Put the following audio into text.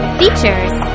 features